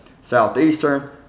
Southeastern